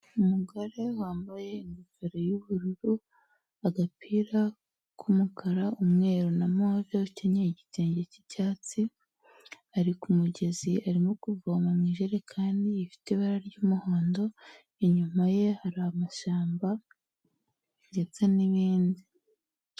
Umugore wambaye ingofero y'ubururu, agapira k'umukara, umweru na move, ukennye igitenge k'icyatsi, ari ku mugezi arimo kuvoma mu ijerekani ifite ibara ry'umuhondo, inyuma ye hari amashyamba ndetse n'ibindi.